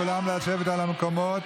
כולם לשבת במקומות.